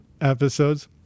episodes